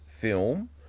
film